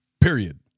Period